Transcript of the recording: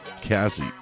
Cassie